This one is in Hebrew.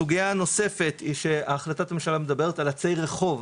סוגיה נוספת שהחלטת הממשלה מדברת על עצי רחוב,